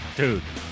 dude